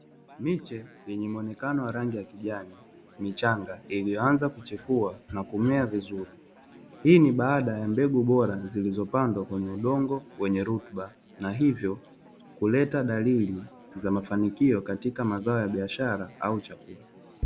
Miche yenye muonekano wa rangi ya kijani michanga iliyoanza kuchepua na kumea vizuri, hii ni baada ya mbegu bora zilizopandwa kwenye udongo wenye rutuba na hivyo kuleta dalili za mafanikio katika mazao ya biashara au chakula.